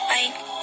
Bye